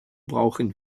brauchen